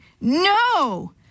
No